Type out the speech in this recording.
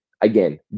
again